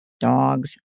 dogs